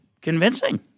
convincing